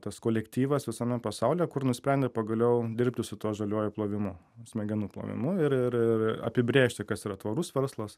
tas kolektyvas visame pasaulyje kur nusprendė pagaliau dirbti su tuo žaliuoju plovimu smegenų plovimu ir ir ir apibrėžti kas yra tvarus verslas